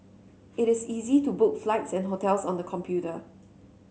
it is easy to book flights and hotels on the computer